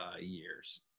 years